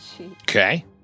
Okay